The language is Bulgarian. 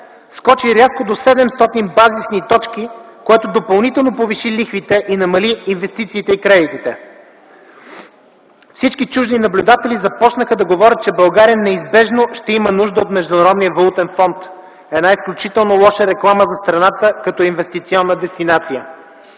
скочи рязко до 700 базисни точки, което допълнително повиши лихвите и намали инвестициите и кредитите; – всички чужди наблюдатели започнаха да говорят, че България неизбежно ще има нужда от Международния валутен фонд – една изключително лоша реклама за страната като инвестиционна дестинация;